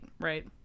right